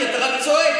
כי אתה רק צועק.